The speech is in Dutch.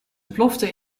plofte